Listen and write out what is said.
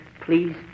Please